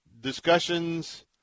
discussions